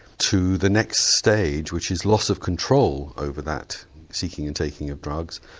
to the next stage which is loss of control over that seeking and taking of drugs.